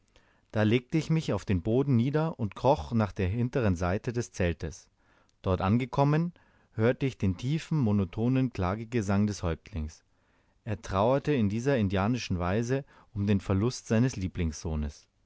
da legte ich mich auf den boden nieder und kroch nach der hinteren seite des zeltes dort angekommen hörte ich den tiefen monotonen klagegesang des häuptlings er trauerte in dieser indianischen weise um den verlust seines lieblingssohnes